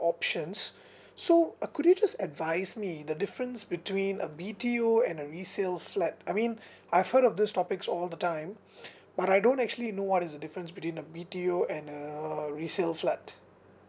options so uh could you just advise me the difference between a B_T_O and a resale flat I mean I've heard of these topics all the time but I don't actually know what is the difference between a B_T_O and a resale flat